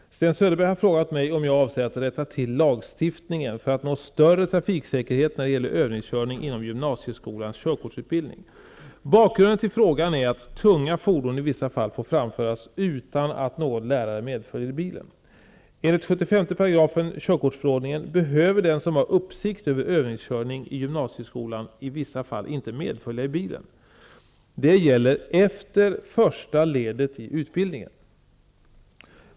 Herr talman! Sten Söderberg har frågat mig om jag avser att rätta till lagstiftningen för att nå större trafiksäkerhet när det gäller övningskörning inom gymnasieskolans körkortsutbildning. Bakgrunden till frågan är att tunga fordon i vissa fall får framföras utan att någon lärare medföljer i bilen. Enligt 75 § körkortsförordningen behöver den som har uppsikt över övningskörning i gymnasieskolan i vissa fall inte medfölja i bilen. Det gäller efter första ledet i utbildningen.